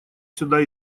сюда